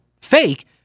fake